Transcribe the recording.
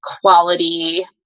quality